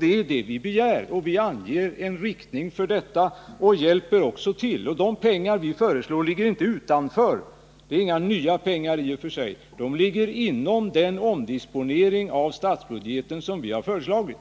Det är detta vi begär. Vi anger en riktning för detta och hjälper också till. De pengar vi föreslår ligger inte utanför. Det är inga nya pengar, de ligger inom den omdisponering av statsbudgeten som vi har föreslagit.